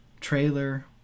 trailer